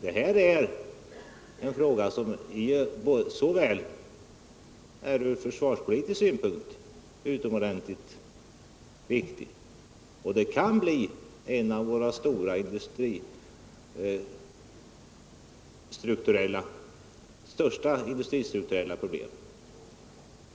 Detta är en fråga som även från försvarspolitisk synpunkt är utomordentligt viktig. Det kan bli ett av våra stora industristrukturella problem.